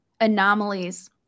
anomalies